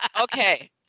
Okay